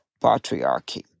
patriarchy